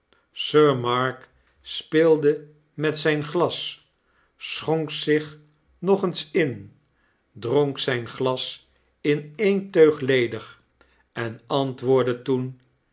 sir mark speelde met zfln glas schonkzich g eens in dronk zyn glas in eene teug ledig antwoordde toen